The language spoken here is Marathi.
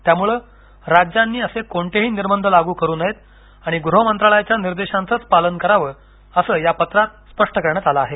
त्यामुळे राज्यांनी असे कोणतेही निर्बंध लागू करु नयेत आणि गृह मंत्रालयाच्या निर्देशांचंच पालन करावं असं या पत्रात स्पष्ट करण्यात आलं आहे